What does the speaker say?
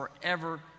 forever